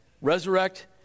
resurrect